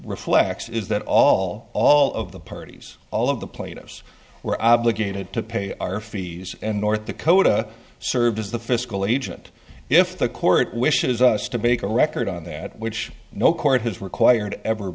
reflects is that all all of the parties all of the plaintiffs were obligated to pay our fees and north dakota served as the fiscal agent if the court wishes us to make a record on that which no court has required ever